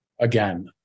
again